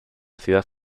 ciudad